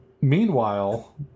meanwhile